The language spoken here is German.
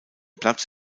platz